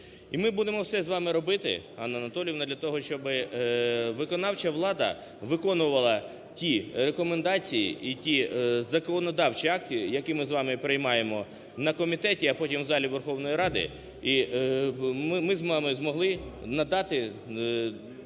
ми будемо все з вами робити, Анна Анатоліївна для того, щоб виконавча влада виконувала ті рекомендації і ті законодавчі акти, які ми з вами приймаємо на комітеті, а потім в залі Верховної Ради і ми з вами змогли надати також